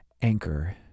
Anchor